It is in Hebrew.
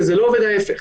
וזה לא עובד ההפך.